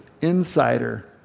insider